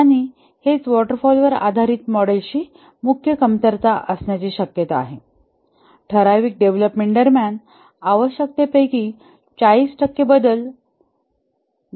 आणि हेच वॉटर फॉलवर आधारीत मॉडेलची मुख्य कमतरता असण्याची शक्यता आहे ठराविक डेव्हलपमेंट दरम्यान आवश्यकतेपैकी 40 टक्के बदल